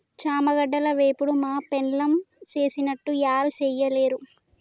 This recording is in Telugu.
చామగడ్డల వేపుడు మా పెండ్లాం సేసినట్లు యారు సెయ్యలేరు